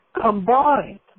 combined